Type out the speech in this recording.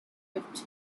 gift